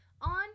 on